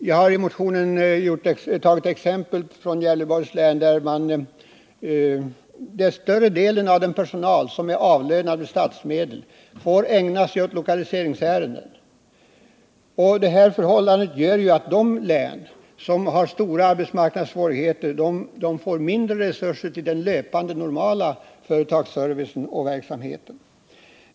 Vi har i motionen tagit exempel från Gävleborgs län, där större delen av den personal som är avlönad med statsmedel får ägna sig åt lokaliseringsärenden. Detta förhållande gör att de län som har stora arbetsmarknadssvårigheter får mindre resurser till den normala företagsservicen och den löpande verksamheten.